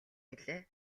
билээ